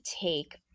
take